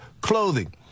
clothing